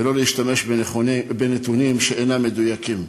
ולא להשתמש בנתונים שאינם מדויקים.